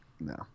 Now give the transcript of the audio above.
No